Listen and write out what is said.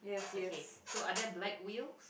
okay so are there black wheel